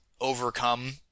overcome